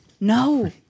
No